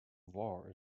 war